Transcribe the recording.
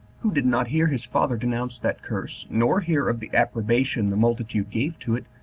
who did not hear his father denounce that curse, nor hear of the approbation the multitude gave to it,